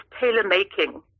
tailor-making